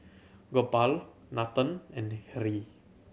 Gopal Nathan and Hri